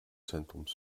zentrums